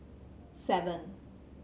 seven